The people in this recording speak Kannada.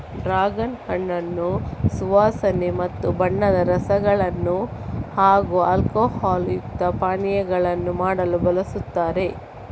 ಡ್ರಾಗನ್ ಹಣ್ಣನ್ನು ಸುವಾಸನೆ ಮತ್ತು ಬಣ್ಣದ ರಸಗಳನ್ನು ಹಾಗೂ ಆಲ್ಕೋಹಾಲ್ ಯುಕ್ತ ಪಾನೀಯಗಳನ್ನು ಮಾಡಲು ಬಳಸುತ್ತಾರೆ